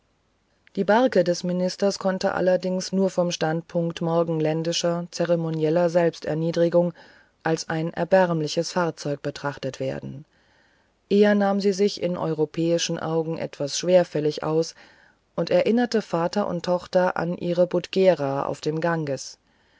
die barke des ministers konnte allerdings nur vom standpunkt morgenländischer zeremonieller selbsterniedrigung als ein erbärmliches fahrzeug betrachtet werden eher nahm sie sich in europäischen augen etwas schwerfällig aus und erinnerte vater und tochter an ihre budgera auf dem ganges